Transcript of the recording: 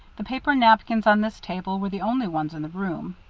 the paper napkins on this table were the only ones in the room.